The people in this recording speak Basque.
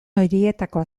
horietakoa